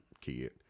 kid